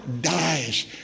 dies